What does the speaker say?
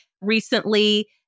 recently